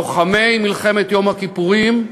לוחמי מלחמת יום הכיפורים,